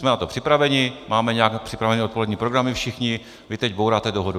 Jsme na to připraveni, máme nějak připravené odpolední programy všichni, vy teď bouráte dohodu.